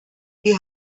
wie